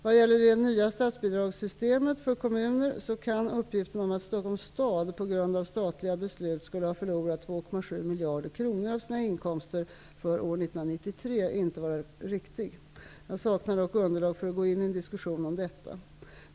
Vad gäller det nya statsbidragssystemet för kommuner så kan uppgiften om att Stockholms stad på grund av statliga beslut skulle ha förlorat 2,7 miljarder kronor av sina inkomster för år 1993 inte vara riktig. Jag saknar dock underlag för att gå in i en diskussion om detta.